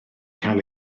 cael